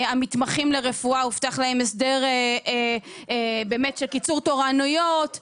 המתמחים לרפואה, הובטח להם הסדר של קיצור תורניות.